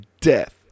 death